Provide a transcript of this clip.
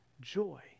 joy